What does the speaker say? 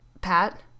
Pat